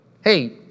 Hey